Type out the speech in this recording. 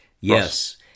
Yes